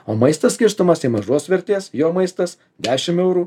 o maistas skirstomas į mažos vertės jo maistas dešimt eurų